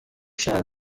show